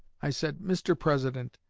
i said mr. president,